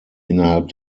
innerhalb